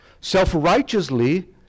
self-righteously